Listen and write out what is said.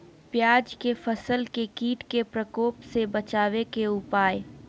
प्याज के फसल के कीट के प्रकोप से बचावे के उपाय?